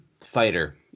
fighter